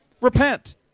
Repent